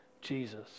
Jesus